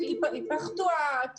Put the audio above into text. יש לזכור שאנחנו לא לבד.